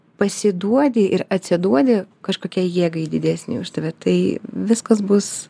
pasiduodi ir atsiduodi kažkokiai jėgai didesnei už tave tai viskas bus